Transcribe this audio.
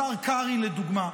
השר קרעי לדוגמה,